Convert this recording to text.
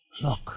Look